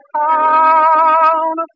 town